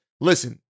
Listen